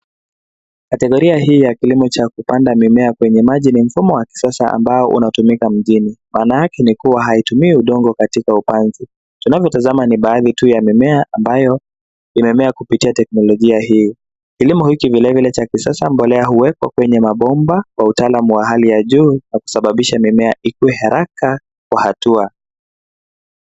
Kategoria hii ya kilimo cha kupanda mimea kwenye maji ni mfumo wa kisasa ambao unatumika mjini. Maana yake ni kuwa haitumii udongo katika upanzi. Tunavyotazama ni baadhi tu ya mimea ambayo imemea kupitia teknolojia hii. Kilimo hiki vilevile cha kisasa mbolea huwekwa kwenye mabomba kwa utaalam wa hali ya juu na kusambabisha mimea ikue haraka kwa hatua.